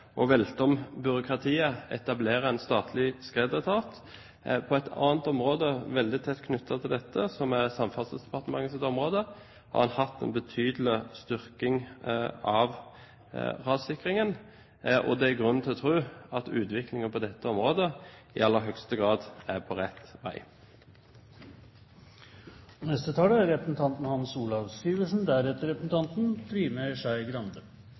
en statlig skredetat. På et annet område, veldig tett knyttet til dette, som er Samferdselsdepartementets område, har en hatt en betydelig styrking av rassikringen, og det er grunn til å tro at utviklingen på dette området i aller høyeste grad er på rett vei.